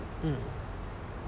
mm